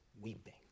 weeping